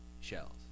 shells